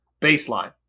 Baseline